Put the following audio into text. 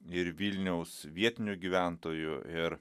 ir vilniaus vietinių gyventojų ir